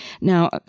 Now